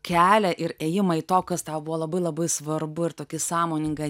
kelią ir ėjimą į to kas tau buvo labai labai svarbu ir tokį sąmoningą